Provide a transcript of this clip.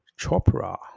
Chopra